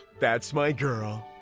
that's my girl!